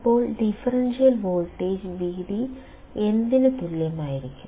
അപ്പോൾ differential voltage Vd എന്തിന് തുല്യമായിരിക്കും